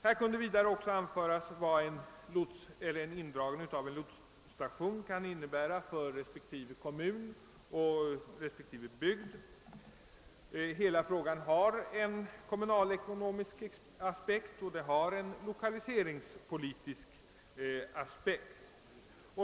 Här kunde också anföras vad en indragning av en lotsstation kan innebära för respektive kommun eller bygd. Frågan har en kommunalekonomisk och en lokaliseringspolitisk aspekt.